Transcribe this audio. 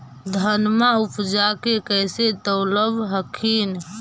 धनमा उपजाके कैसे तौलब हखिन?